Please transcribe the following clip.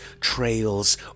trails